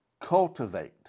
Cultivate